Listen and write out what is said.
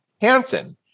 Hansen